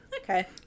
Okay